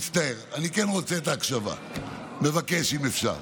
אני מצטער, אני כן רוצה את ההקשבה, מבקש, אם אפשר.